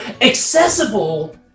accessible